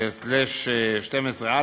תשע"ה/12/א,